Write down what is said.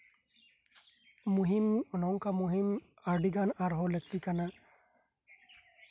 ᱢᱩᱦᱤᱢ ᱚᱱᱠᱟ ᱢᱩᱦᱤᱢ ᱟᱹᱰᱤ ᱜᱟᱱ ᱟᱨᱦᱚᱸ ᱞᱟᱹᱠᱛᱤ ᱠᱟᱱᱟ